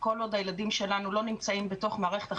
כל עוד הילדים שלנו לא נמצאים בתוך מערכת החינוך,